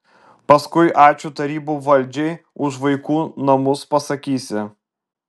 paskui ačiū tarybų valdžiai už vaikų namus pasakysi